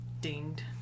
dinged